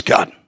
God